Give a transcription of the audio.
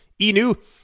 Inu